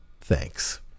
Thanks